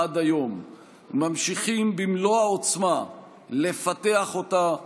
עד היום וממשיכים במלוא העוצמה לפתח אותה,